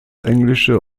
englische